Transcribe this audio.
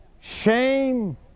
shame